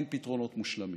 אין פתרונות מושלמים.